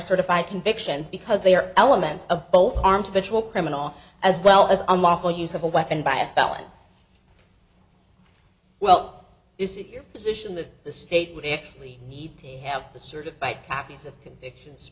certified convictions because they are elements of both arms patrol criminal as well as unlawful use of a weapon by a felon well is it your position that the state would actually need to have the certified copies of convictions